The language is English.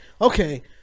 okay